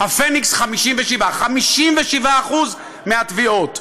"הפניקס" 57%; 57% מהתביעות.